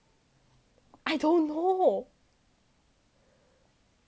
I don't know